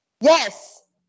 Yes